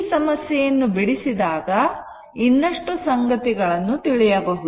ಈ ಸಮಸ್ಯೆಯನ್ನು ಬಿಡಿಸಿದಾಗ ಇನ್ನಷ್ಟು ಸಂಗತಿಗಳನ್ನು ತಿಳಿಯಬಹುದು